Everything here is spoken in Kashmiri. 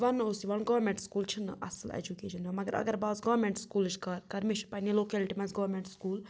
وَننہٕ اوس یِوان گورمٮ۪نٛٹ سکوٗل چھِنہٕ اَصٕل اٮ۪جوکیشَن دِوان مگر اگر بہٕ آز گورمٮ۪نٛٹ سکوٗلٕچ کَتھ کَرٕ مےٚ چھِ پنٛنہِ لوکیلٹی منٛز گورمٮ۪نٛٹ سکوٗل